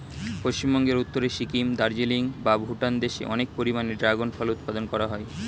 পশ্চিমবঙ্গের উত্তরে সিকিম, দার্জিলিং বা ভুটান দেশে অনেক পরিমাণে ড্রাগন ফল উৎপাদন করা হয়